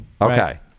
Okay